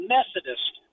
Methodist